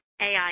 AI